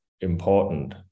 important